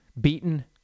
beaten